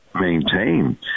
maintain